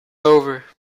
over